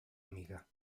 amiga